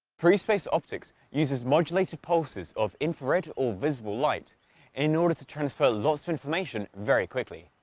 free space optics uses modulated pulses of infrared or visible light in order to transfer lots of information very quickly.